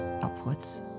upwards